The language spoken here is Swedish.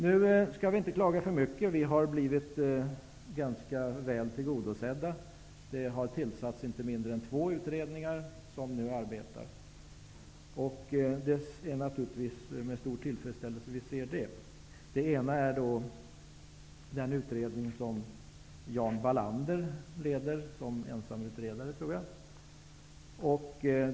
Jag skall dock inte klaga för mycket. Vi har blivit ganska väl tillgodosedda. Inte mindre än två utredningar har tillsatts, och de arbetar nu. Vi ser naturligtvis med stor tillfredsställelse på detta. Den ena utredningen leds av Jan Wallander såsom ensamutredare.